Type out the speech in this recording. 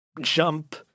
jump